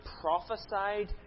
prophesied